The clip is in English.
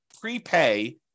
prepay